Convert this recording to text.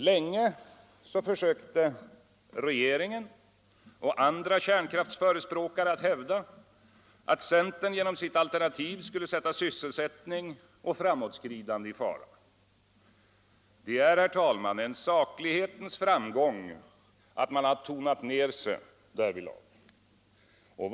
Länge försökte regeringen och andra kärnkraftsförespråkare att hävda att centern genom sitt alternativ skulle sätta sysselsättning och framåtskridande i fara. Det är, herr talman, en saklighetens framgång att man har tonat ner sig därvidlag.